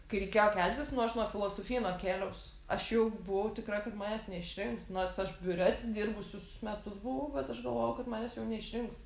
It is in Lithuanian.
kai reikėjo keltis nu aš nuo filosofyno kėliaus aš jau buvau tikra kad manęs neišrinks nors aš biure atidirbusius metus buvau bet aš galvojau kad manęs jau neišrinks